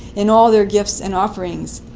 in all their gifts and offerings.